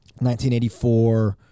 1984